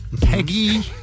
Peggy